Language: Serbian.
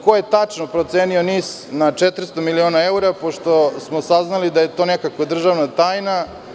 Ko je tačno procenio NIS na 400 miliona evra, pošto smo saznali da je to nekakva državna tajna?